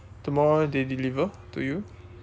tomorrow they deliver to you